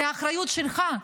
זה האחריות שלך.